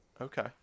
Okay